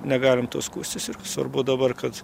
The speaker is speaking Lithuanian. negalim tuo skųstis ir svarbu dabar kad